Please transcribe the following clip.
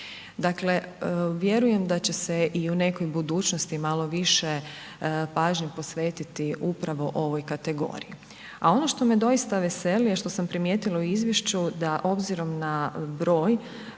Dakle vjerujem da će se i u nekoj budućnosti malo više pažnje posvetiti upravo ovoj kategoriji. A ono što me doista veseli je što sam primijetila u Izvješću da obzirom na broj